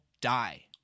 die